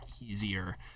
easier